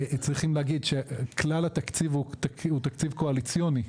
אנחנו צריכים להגיד שכלל התקציב של הגרעינים הוא תקציב קואליציוני.